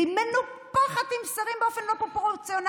והיא מנופחת עם שרים באופן לא פרופורציונלי.